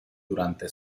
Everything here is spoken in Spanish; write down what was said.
durante